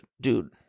dude